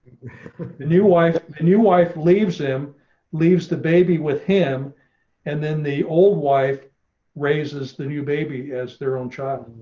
new wife and your wife leaves him leaves the baby with him and then the old wife raises the new baby as their own child.